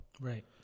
Right